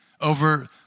over